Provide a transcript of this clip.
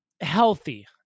healthy